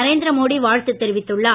நரேந்திரமோடி வாழ்த்து தெரிவித்துள்ளார்